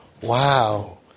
Wow